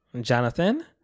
Jonathan